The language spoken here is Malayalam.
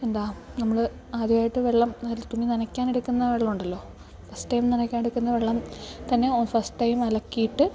എന്താ നമ്മൾ ആദ്യമായിട്ട് വെള്ളം നല്ല തുണി നനയ്ക്കാൻ എടുക്കുന്ന വെള്ളം ഉണ്ടല്ലോ ഫസ്റ്റ് ടൈം നനയ്ക്കാൻ എടുക്കുന്ന വെള്ളം തന്നെ ഫസ്റ്റ് ടൈം അലക്കിയിട്ട്